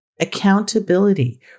accountability